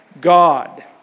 God